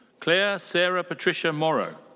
claire sarah patricia morrow.